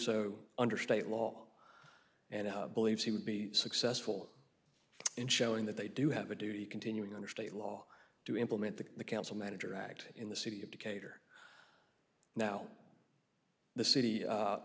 so under state law and believes he would be successful in showing that they do have a duty continuing under state law to implement the council manager act in the city of decatur now the city